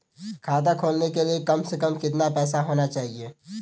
खाता खोलने के लिए कम से कम कितना पैसा होना चाहिए?